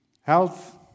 health